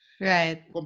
Right